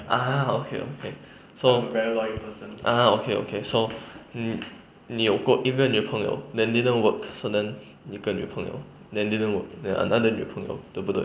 ah okay okay so ah okay okay so mm 你有过一个女朋友 then didn't work so then 一个女朋友 then didn't work then another 女朋友对不对